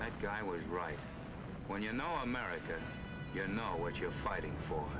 that guy was right when you know america you know what you're fighting for